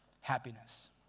happiness